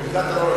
במלגת אלון,